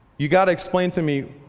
you've got to explain to me,